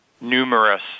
numerous